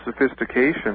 sophistication